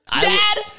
Dad